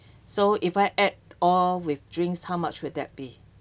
so if I add all with drinks how much will that be